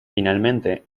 finalmente